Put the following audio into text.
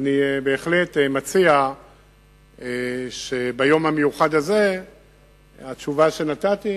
אני בהחלט מציע שביום המיוחד הזה התשובה שנתתי,